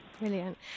Brilliant